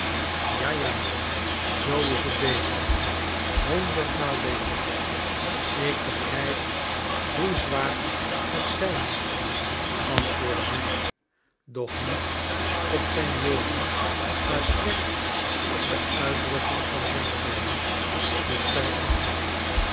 ja ja zoo is het beter honderdmaal beter ik begrijp hoe zwaar het zijn moest antwoordde hij doch niet op zijn woorden maar slechts op de uitdrukking van zijn gelaat sloeg zij acht